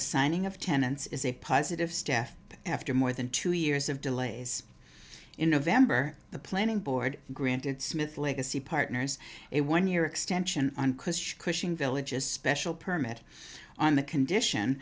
the signing of tenants is a positive staff after more than two years of delays in november the planning board granted smith legacy partners a one year extension on cushing village as special permit on the condition